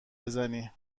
بزنی